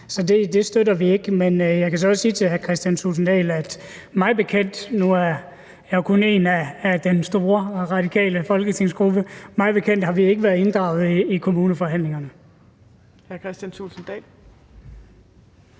det støtter vi ikke. Men jeg kan så også sige til hr. Kristian Thulesen Dahl, at mig bekendt – og nu er jeg jo kun én ud af den store radikale folketingsgruppe – har vi ikke været inddraget i kommuneforhandlingerne.